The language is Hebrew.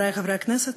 חברי חברי הכנסת,